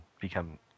become